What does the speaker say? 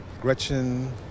Gretchen